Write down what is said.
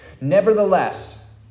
Nevertheless